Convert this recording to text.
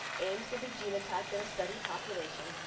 aims will be genotyped in a study population,